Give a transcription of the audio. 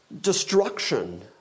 destruction